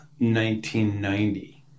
1990